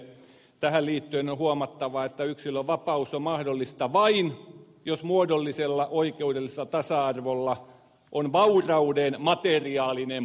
tähän liittyen on huomattava että yksilön vapaus on mahdollista vain jos muodollisella oikeudellisella tasa arvolla on vaurauden materiaalinen pohja